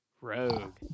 Rogue